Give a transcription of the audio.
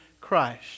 Christ